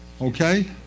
Okay